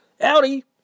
Audi